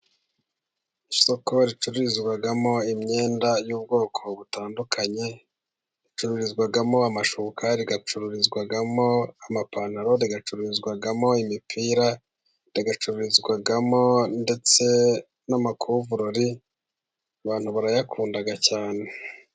Isoko ricururizwamo imyenda y'ubwoko butandukanye, ricururizwamo amashuka rigacururizwamo amapantalo, rigacururizwamo imipira rigacururizwamo ndetse n'amakovurori, abantu barayakunda cyane.